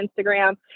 Instagram